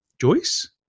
Joyce